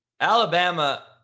Alabama